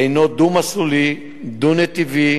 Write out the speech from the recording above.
הינו דו-מסלולי, דו-נתיבי,